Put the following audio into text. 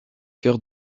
cœur